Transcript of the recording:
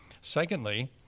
Secondly